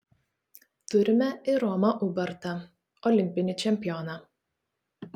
turime ir romą ubartą olimpinį čempioną